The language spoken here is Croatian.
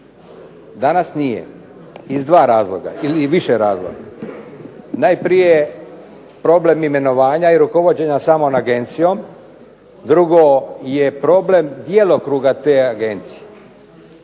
Danas nije iz više razloga. Najprije problem imenovanja i rukovođenja samom agencijom, drugo je problem djelokruga te agencije.